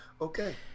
Okay